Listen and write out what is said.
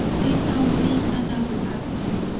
they found me an hour after,